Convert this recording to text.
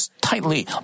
tightly